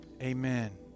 Amen